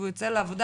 והוא יוצא לעבודה